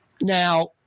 Now